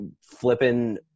flipping